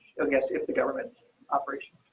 don't guess if the government operation.